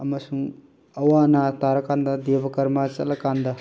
ꯑꯃꯁꯨꯡ ꯑꯋꯥ ꯑꯅꯥ ꯇꯥꯔ ꯀꯥꯟꯗ ꯗꯦꯕ ꯀꯔꯃꯥ ꯆꯠꯂ ꯀꯥꯟꯗ